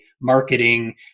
marketing